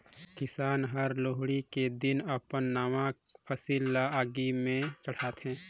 किसान हर लोहड़ी के दिन अपन नावा फसिल ल आगि में चढ़ाथें